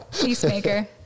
peacemaker